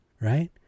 right